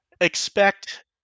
expect